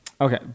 Okay